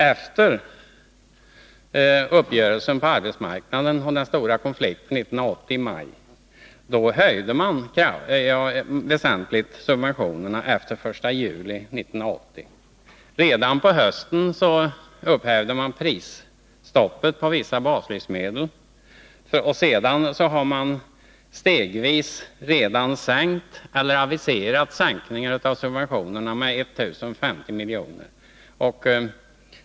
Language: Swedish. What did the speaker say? Efter den stora konflikten och uppgörelsen på arbetsmarknaden i maj 1980 höjde man väsentligt subventionerna efter den 1 juli 1980. Redan på hösten upphävdes prisstoppet på vissa baslivsmedel, och sedan har man stegvis redan sänkt eller aviserat sänkningar av subventionerna med 1 050 milj.kr.